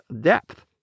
depth